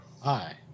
Hi